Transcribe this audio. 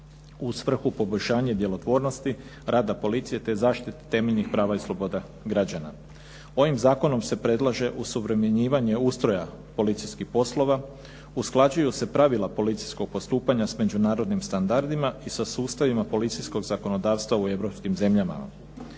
u svrhu poboljšanja i djelotvornosti rada policije te zaštite temeljnih prava i sloboda građana. Ovim zakonom se predlaže osuvremenjivanje ustroja policijskih poslova, usklađuju se pravila policijskog postupanja s međunarodnim standardima i sa sustavima policijskog zakonodavstva u europskim zemljama.